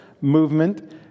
movement